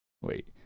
wait